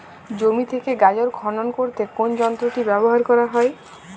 জমি থেকে গাজর খনন করতে কোন যন্ত্রটি ব্যবহার করা হয়?